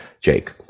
Jake